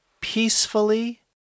peacefully